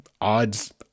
odds